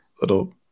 little